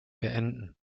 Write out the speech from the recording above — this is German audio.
beenden